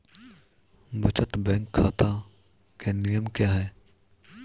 बचत बैंक खाता के नियम क्या हैं?